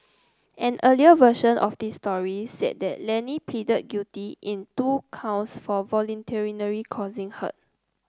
an earlier version of this story said that Lenny pleaded guilty in two counts for voluntarily causing hurt